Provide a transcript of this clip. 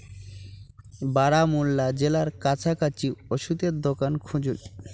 বারামুল্লা জেলায় কাছাকাছি ওষুধের দোকান খুঁজুন